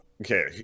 okay